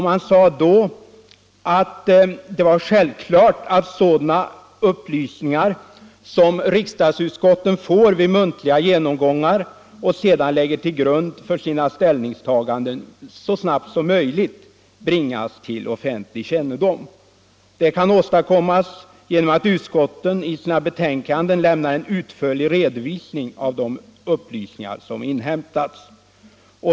Man sade då att det var självklart att sådana upplysningar, som riksdagsutskotten får vid muntliga genomgångar och sedan lägger till grund för sina ställningstaganden, så snart som möjligt bringas till offentlig kännedom. Det kan åstadkommas genom att utskotten i sina betänkanden lämnar en utförlig redovisning för de upplysningar som inhämtats.